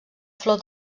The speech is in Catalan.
flor